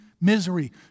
misery